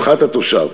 רווחת התושב.